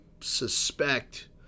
suspect